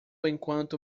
enquanto